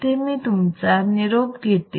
येथे मी तुमचा निरोप घेते